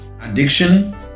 addiction